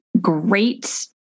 great